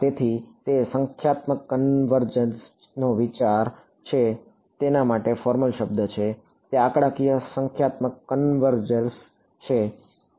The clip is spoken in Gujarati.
તેથી તે સંખ્યાત્મક કન્વર્જેંસ નો વિચાર છે જે તેના માટે ફોરમલ શબ્દ છે તેથી આંકડાકીય સંખ્યાત્મક કન્વર્જેંસ છે